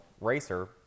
racer